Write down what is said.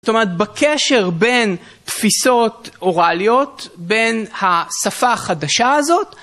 זאת אומרת, בקשר בין תפיסות אוראליות בין השפה החדשה הזאת.